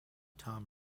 tom